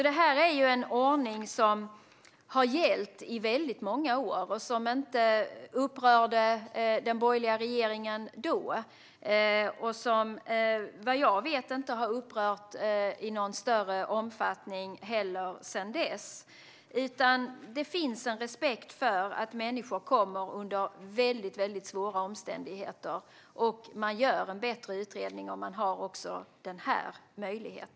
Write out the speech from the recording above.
Detta är en ordning som har gällt i många år och som inte upprörde den dåvarande borgerliga regeringen. Vad jag vet har den heller inte upprört i någon större omfattning sedan dess. Det finns en respekt för att människor kommer hit under väldigt svåra omständigheter, och man gör en bättre utredning om man har även denna möjlighet.